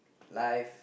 life